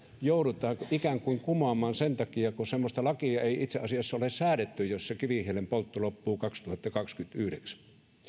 joudutaan ikään kuin kumoamaan sen takia kun semmoista lakia ei itse asiassa ole säädetty jossa kivihiilen poltto loppuu kaksituhattakaksikymmentäyhdeksän